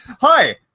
hi